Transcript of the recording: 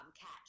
catch